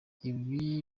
ibi